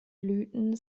blüten